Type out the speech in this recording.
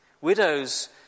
Widows